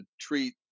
treat